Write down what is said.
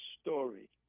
story